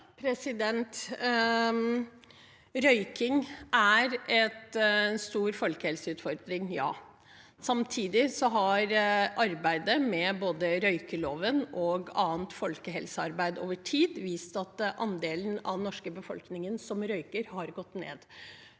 røyking er en stor folkehelseutfordring. Samtidig har arbeidet med både røykeloven og annet folkehelsearbeid over tid vist at andelen av den norske befolkningen som røyker, har gått ned.